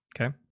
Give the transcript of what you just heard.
okay